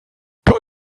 kann